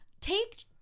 take